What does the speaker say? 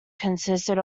consisted